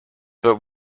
but